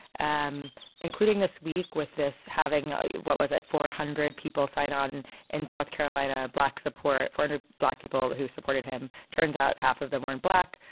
um including this week, with this having what was it for a hundred people signed on and in south carolina black support for the and ah black ible who supported him. turns out half of them weren't black.